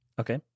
Okay